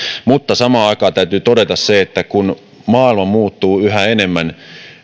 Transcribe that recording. mutta samaan aikaan täytyy todeta se että kun maailma muuttuu yhä enemmän